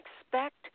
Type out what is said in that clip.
expect